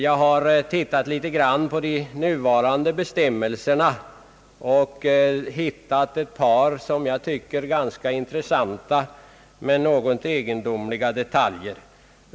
Jag har tittat något på de nuvarande bestämmelserna och hittat ett par enligt min uppfattning ganska intressanta men något egendomliga detaljer.